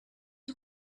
you